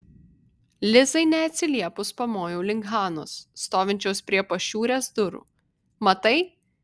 lizai neatsiliepus pamojau link hanos stovinčios prie pašiūrės durų matai